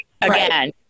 again